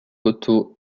otto